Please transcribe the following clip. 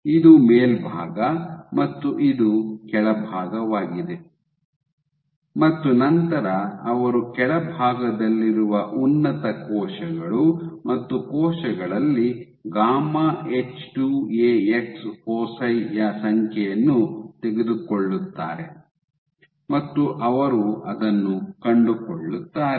ಇದು ಮೇಲ್ಭಾಗ ಮತ್ತು ಇದು ಕೆಳಭಾಗವಾಗಿದೆ ಮತ್ತು ನಂತರ ಅವರು ಕೆಳಭಾಗದಲ್ಲಿರುವ ಉನ್ನತ ಕೋಶಗಳು ಮತ್ತು ಕೋಶಗಳಲ್ಲಿ ಗಾಮಾ ಎಚ್ 2 ಎಎಕ್ಸ್ ಫೋಸಿ ಯ ಸಂಖ್ಯೆಯನ್ನು ತೆಗೆದುಕೊಳ್ಳುತ್ತಾರೆ ಮತ್ತು ಅವರು ಅದನ್ನು ಕಂಡುಕೊಳ್ಳುತ್ತಾರೆ